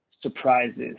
surprises